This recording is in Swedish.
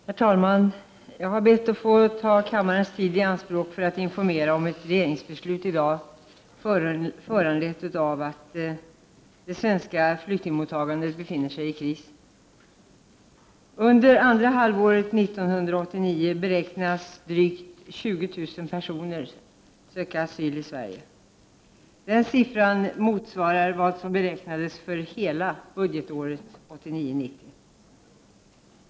Herr talman! Jag har bett att få ta kammarens tid i anspråk för att informera om ett regeringsbeslut i dag, föranlett av att det svenska flyktingmottagandet befinner sig i en kris. Under andra halvåret 1989 beräknas drygt 20000 personer söka asyl i Sverige. Denna siffra motsvarar vad som beräknades för hela budgetåret 1989/90.